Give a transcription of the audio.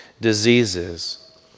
diseases